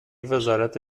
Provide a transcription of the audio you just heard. وزارت